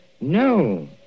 No